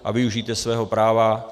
A využijte svého práva.